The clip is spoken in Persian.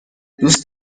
دوست